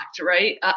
right